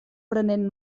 prenent